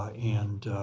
ah and